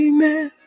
Amen